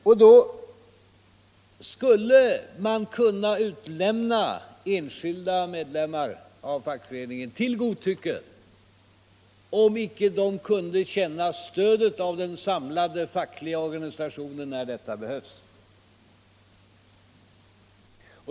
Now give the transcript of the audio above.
Enskilda medlemmar av fackföreningen skulle alltså kunna vara utlämnade till godtycke om de inte kunde känna stödet av den samlade fackliga organisationen när det behövs.